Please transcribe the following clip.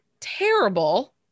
terrible